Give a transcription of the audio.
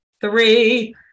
three